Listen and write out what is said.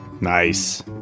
Nice